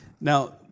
Now